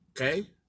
Okay